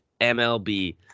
MLB